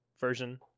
version